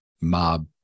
mob